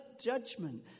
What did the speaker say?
judgment